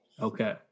Okay